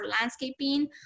landscaping